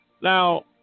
Now